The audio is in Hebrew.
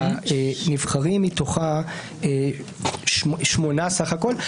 נבחרים מתוכה שמונה בסך הכול,